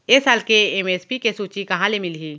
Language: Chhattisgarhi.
ए साल के एम.एस.पी के सूची कहाँ ले मिलही?